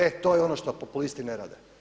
E, to je ono što populisti ne rade.